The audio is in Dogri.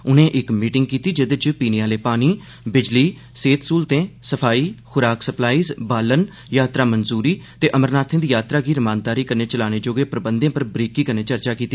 उनें इक मीटिंग कीती जेह्दे च पीने आले पानी बिजली सेह्त सुविधाएं सफाई खुराक सप्लाई बालन यात्रा मंजूरी ते दुए अमरनाथे दी यात्रा गी रमानदारी कन्नै चलाने जोगे प्रबंधे पर बारीकी कन्नै चर्चा कीती